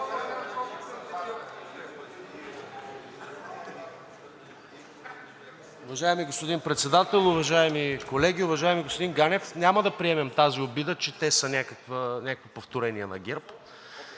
Уважаеми господин Председател, уважаеми колеги! Уважаеми господин Ганев, няма да приемем тази обида, че те са някакво повторение на ГЕРБ.